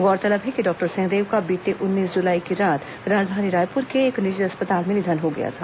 गौरतलब है कि डॉक्टर सिंहदेव का बीते उन्नीस जुलाई की रात राजधानी रायपुर के एक निजी अस्पताल में निधन हो गया था